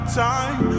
time